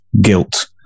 guilt